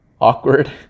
awkward